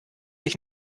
ich